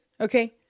okay